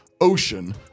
ocean